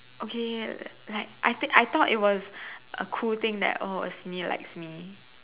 okay like I think I thought it was a cool thing that oh a senior likes me